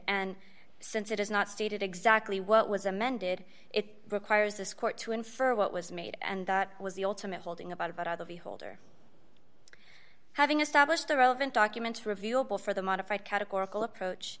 and since it is not stated exactly what was amended it requires this court to infer what was made and that was the ultimate holding about about how the beholder having established the relevant documents reviewable for the modified categorical approach